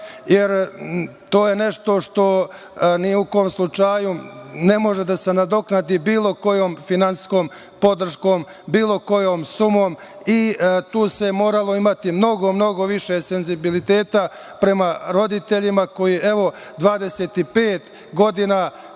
MG/MJje nešto što ni u kom slučaju ne može da se nadoknadi bilo kojom finansijskom podrškom, bilo kojom sumom. Tu se moralo imati mnogo, mnogo više senzibiliteta prema roditeljima koji, evo 25 godina